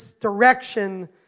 direction